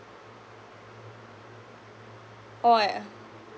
oh yeah